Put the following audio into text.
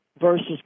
versus